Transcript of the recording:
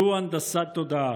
זו הנדסת תודעה.